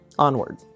Onward